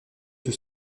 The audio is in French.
tout